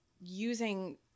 using